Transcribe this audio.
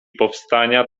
powstania